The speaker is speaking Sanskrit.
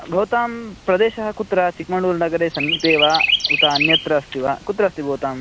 भवतां प्रदेशः कुत्र चिक्मङ्ग्ळूर् नगरे समीपे वा उत अन्यत्र अस्ति वा कुत्र अस्ति भवतां